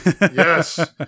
Yes